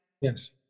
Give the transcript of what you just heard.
Yes